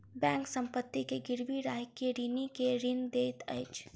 bank संपत्ति के गिरवी राइख के ऋणी के ऋण दैत अछि